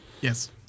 yes